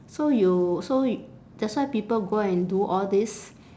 so you so that's why people go and do all this